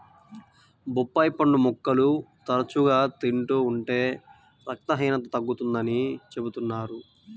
బొప్పాయి పండు ముక్కలు తరచుగా తింటూ ఉంటే రక్తహీనత తగ్గుతుందని చెబుతున్నారు